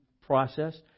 process